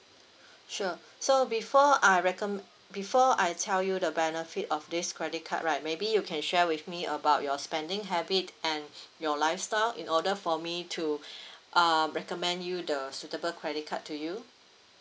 sure so before I reccom~ before I tell you the benefit of this credit card right maybe you can share with me about your spending habit and your lifestyle in order for me to um recommend you the suitable credit card to you